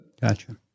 Gotcha